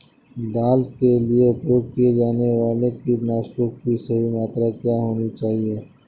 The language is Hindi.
दाल के लिए उपयोग किए जाने वाले कीटनाशकों की सही मात्रा क्या होनी चाहिए?